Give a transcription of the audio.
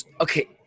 Okay